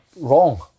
wrong